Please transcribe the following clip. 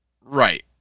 right